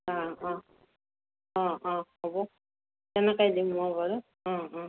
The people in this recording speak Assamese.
অ' অ' অ' অ' হ'ব তেনেকেই দিম মই বাৰু অ' অ'